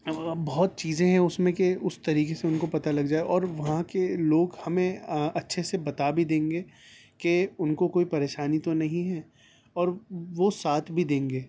بہت چیزیں ہیں اس میں کہ اس طریقے سے ان کو پتہ لگ جائے اور وہاں کے لوگ ہمیں اچھے سے بتا بھی دیں گے کہ ان کو کوئی پریشانی تو نہیں ہے اور وہ ساتھ بھی دیں گے